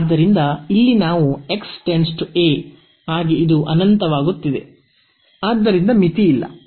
ಆದ್ದರಿಂದ ಇಲ್ಲಿ ನಾವು x → a ಆಗಿ ಇದು ಅನಂತವಾಗುತ್ತಿದೆ ಆದ್ದರಿಂದ ಮಿತಿಯಿಲ್ಲ